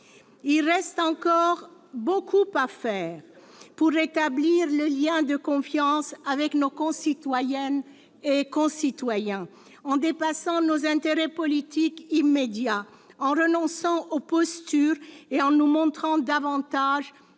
Il reste encore beaucoup à faire pour rétablir le lien de confiance avec nos concitoyennes et concitoyens, en dépassant nos intérêts politiques immédiats, en renonçant aux postures et en nous montrant davantage